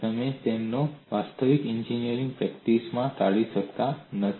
તમે તેમને વાસ્તવિક એન્જિનિયરિંગ પ્રેક્ટિસમાં ટાળી શકતા નથી